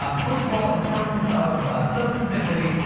um first of all, in terms of substantively,